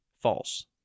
false